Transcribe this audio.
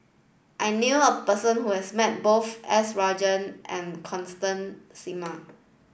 I knew a person who has met both S Rajaratnam and Constance Singam